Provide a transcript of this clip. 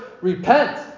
repent